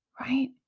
right